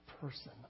person